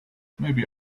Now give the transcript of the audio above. maybe